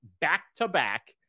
back-to-back